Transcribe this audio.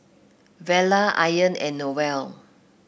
Vella Ayaan and Noel